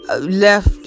left